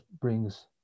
brings